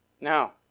Now